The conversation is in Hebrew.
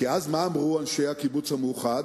כי מה אמרו אז אנשי הקיבוץ המאוחד?